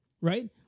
Right